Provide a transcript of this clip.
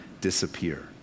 disappear